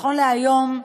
נכון להיום,